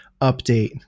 update